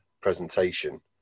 presentation